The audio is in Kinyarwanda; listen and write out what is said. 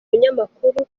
munyamakuru